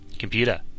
Computer